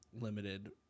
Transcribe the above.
limited